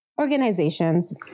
Organizations